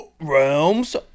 realms